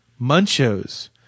Munchos